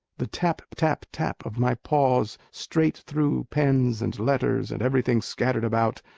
the tap, tap, tap of my paws straight through pens and letters and everything scattered about,